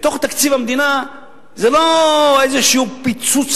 בתוך תקציב המדינה זה לא איזשהו פיצוץ